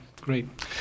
great